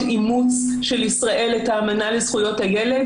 אימוץ של ישראל את האמנה לזכויות הילד.